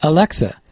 Alexa